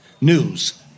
news